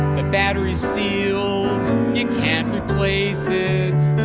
the battery's sealed you can't replace it.